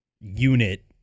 unit